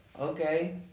okay